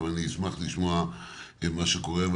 אבל אני אשמח לשמוע מה שקורה.